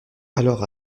alors